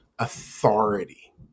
authority